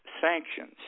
sanctions